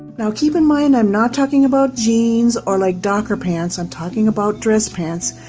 now keep in mind i'm not talking about jeans or like docker pants, i'm talking about dress pants.